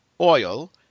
oil